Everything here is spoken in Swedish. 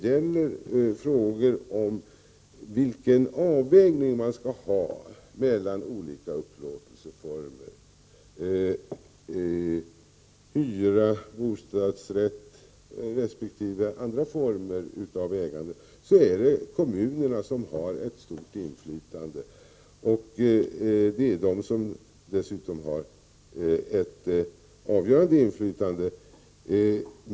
I frågan om avvägningen mellan olika upplåtelseformer - hyresboende, bostadsrätter resp. andra former av ägande - har kommunerna ett avgörande inflytande.